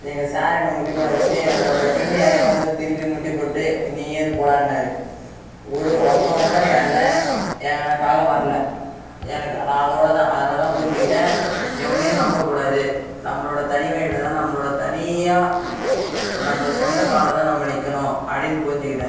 எங்கள் சார் என்ன முட்டிப்போட வச்சு உன்னோட ஃப்ரெண்டு யாரையாக வந்து திருப்பி முட்டிப்போட்டு நீ எழுந்து போடானாரு ஒரு ஒருத்தவன் கூட என்ன எனக்காக வரல எனக் நான் அதோடய தான் அதில் தான் புரிஞ்சுக்கிட்டேன் எவனையும் நம்பக் கூடாது நம்மளோட தனிமையில் தான் நம்மளோட தனியாக நம்ம சொந்த காலில் தான் நம்ம நிற்கணும் அப்படின் புரிஞ்சுக்கிட்டேன்